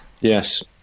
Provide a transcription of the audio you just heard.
Yes